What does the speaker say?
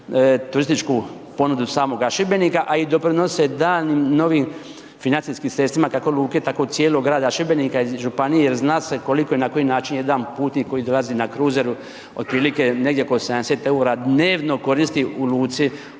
turističku ponudu samoga Šibenika, a i doprinose daljnjim novim financijskim sredstvima kako luke tako i cijelog grada Šibenika i županije jer zna se koliko i na koji način jedan putnik koji dolazi na kruzeru otprilike negdje oko 70 EUR-a dnevno koristi u luci